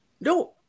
no